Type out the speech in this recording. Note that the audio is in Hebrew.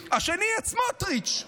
2. סמוטריץ'.